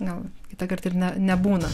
gal kitąkart ir ne nebūna